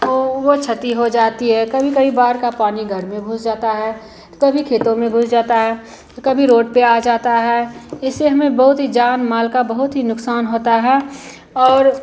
ओ वह क्षति हो जाती है कभी कभी बाढ़ का पानी घर में घुस जाता है तो कभी खेतों में घुस जाता है तो कभी रोड पर आ जाता है इससे हमें बहुत ही जान माल का बहुत ही नुकसान होता है और